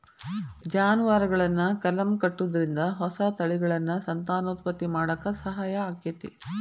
ಜಾನುವಾರುಗಳನ್ನ ಕಲಂ ಕಟ್ಟುದ್ರಿಂದ ಹೊಸ ತಳಿಗಳನ್ನ ಸಂತಾನೋತ್ಪತ್ತಿ ಮಾಡಾಕ ಸಹಾಯ ಆಕ್ಕೆತಿ